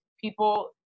people